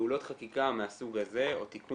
לפעולות חקיקה מהסוג הזה או תיקון